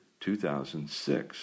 2006